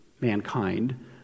mankind